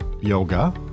yoga